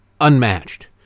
unmatched